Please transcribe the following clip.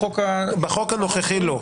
בחוק הנוכחי לא,